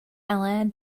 alain